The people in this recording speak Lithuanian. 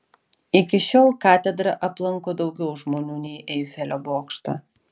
iki šiol katedrą aplanko daugiau žmonių nei eifelio bokštą